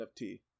nft